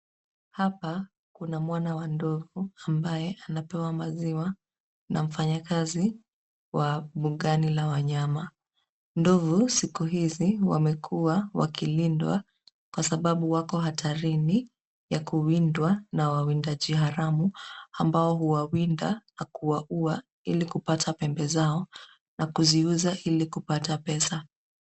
Hapa, kuna mwana wa ndovu ambaye anapewa maziwa na mfanyakazi wa mbugani la wanyama. Ndovu siku hizi wamekuwa wakilindwa kwa sababu wako hatarini ya kuwindwa na wawindaji haramu ambao huwawinda na kuwaua ilikupata pembe zao na kuziuza ilikupata pesa.